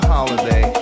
Holiday